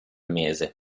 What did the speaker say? mese